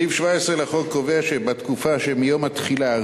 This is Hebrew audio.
סעיף ‎17 לחוק קובע שבתקופה שמיום התחילה,